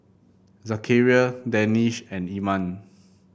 Zakaria Danish and Iman